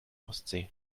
ostsee